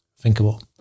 thinkable